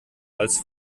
als